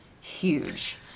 huge